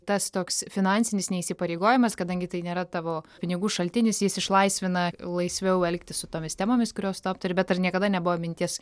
tas toks finansinis neįsipareigojimas kadangi tai nėra tavo pinigų šaltinis jis išlaisvina laisviau elgtis su tomis temomis kurios taptų bet ar niekada nebuvo minties